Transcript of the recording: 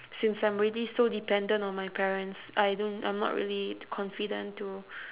since I'm already so dependent on my parents I don't I'm not really confident to